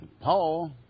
Paul